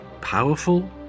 powerful